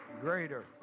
greater